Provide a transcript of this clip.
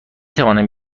توانم